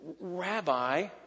Rabbi